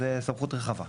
זו סמכות רחבה.